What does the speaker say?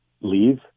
leave